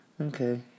Okay